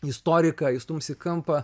istoriką įstums į kampą